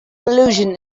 allusion